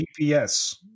GPS